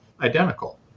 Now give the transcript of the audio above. identical